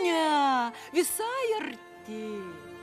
ne visai arti